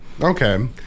Okay